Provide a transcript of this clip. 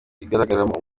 igaragaramo